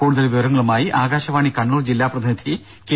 കൂടുതൽ വിവിരങ്ങളുമായി ആകാശവാണി കണ്ണൂർ ജില്ലാ പ്രതിനിധി കെ